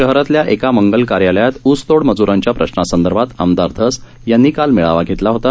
शहरातल्या एका मंगल कार्यालयात उसतोड मज्रांच्या प्रश्नासंदर्भात आमदार धस यांनी काल मेळावा घेतला होता